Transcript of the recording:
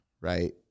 Right